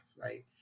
right